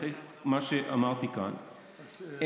אחרי מה שאמרתי כאן,